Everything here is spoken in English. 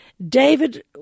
David